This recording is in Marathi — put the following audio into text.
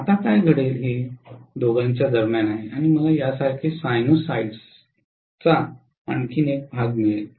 आता काय घडेल हे दोघांच्या दरम्यान आहे आणि मला यासारखे साइनसॉइडचा आणखी एक भाग मिळेल